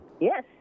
Yes